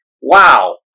Wow